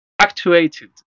actuated